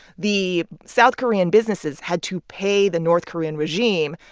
the south korean businesses had to pay the north korean regime.